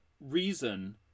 reason